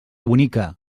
bonica